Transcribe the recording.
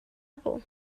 apple